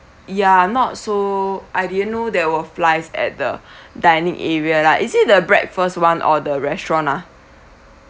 ya not so I didn't know there were flies at the dining area lah is it the breakfast [one] or the restaurant ah